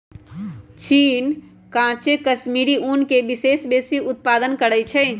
चीन काचे कश्मीरी ऊन के सबसे बेशी उत्पादन करइ छै